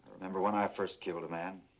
remember when i first killed a man.